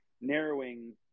narrowing